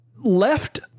left